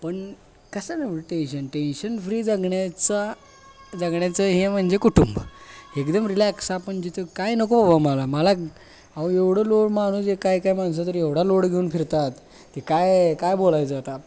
पण कसं now tension tension free जगण्याचा जगण्याचं हे म्हणजे कुटुंब एकदम रिलॅक्स आपण जिथे काय नको बाबा मला मला अहो एवढं लोड माणूस एक एक माणूस तर एवढा लोड घेऊन फिरतात तर काय काय बोलायचं आता